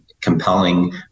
compelling